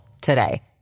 today